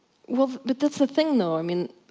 well, but that's the thing though, i mean.